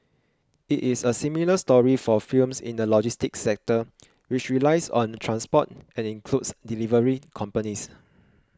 it is a similar story for firms in the logistics sector which relies on transport and includes delivery companies